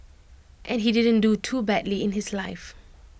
and he didn't do too badly in his life